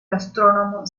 astrónomo